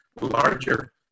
larger